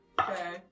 Okay